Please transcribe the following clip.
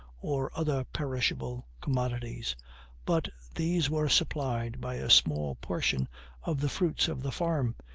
or other perishable commodities but these were supplied by a small portion of the fruits of the farm,